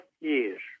years